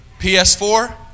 PS4